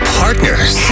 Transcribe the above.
partners